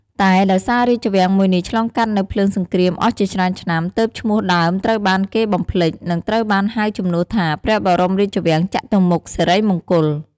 តែដោយសាររាជវាំងមួយនេះឆ្លងកាត់នូវភ្លើងសង្គ្រាមអស់ជាច្រើនឆ្នាំ ទើបឈ្មោះដើមត្រូវបានគេបំភ្លេច និងត្រូវបានហៅជំនួសថា ព្រះបរមរាជវាំងចតុមុខសិរីមង្គល ។